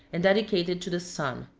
and dedicated to the sun.